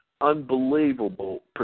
unbelievable